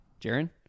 Jaron